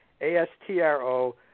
A-S-T-R-O